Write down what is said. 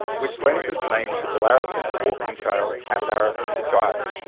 which lends its name to the larapinta walking trail and larapinta drive,